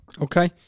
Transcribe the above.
Okay